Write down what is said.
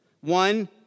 one